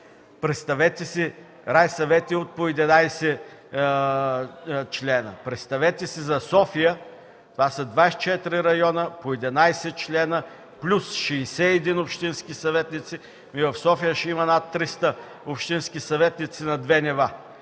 Представете си райсъвети от по 11 члена. Представете си за София – това са 24 района по 11 члена плюс 61 общински съветници, ами в София ще има над 300 общински съветници на две нива.